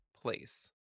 place